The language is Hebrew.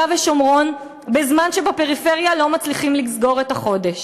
ושומרון בזמן שבפריפריה לא מצליחים לסגור את החודש.